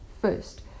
first